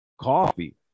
coffee